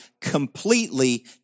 completely